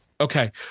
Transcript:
okay